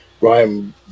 Ryan